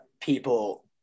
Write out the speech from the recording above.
people